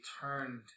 turned